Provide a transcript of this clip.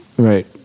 Right